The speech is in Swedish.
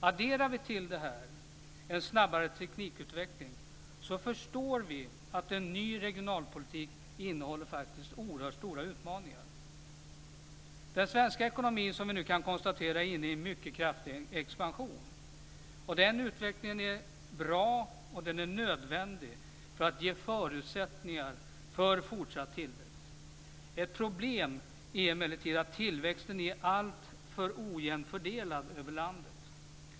Adderar vi till det här en snabbare teknikutveckling förstår vi att en ny regionalpolitik faktiskt innehåller oerhört stora utmaningar. Den svenska ekonomin är som vi nu kan konstatera inne i en mycket kraftig expansion. Den utvecklingen är bra och den är nödvändig för att ge förutsättningar för fortsatt tillväxt. Ett problem är emellertid att tillväxten är alltför ojämnt fördelad över landet.